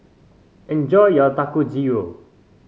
enjoy your Dangojiru